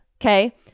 okay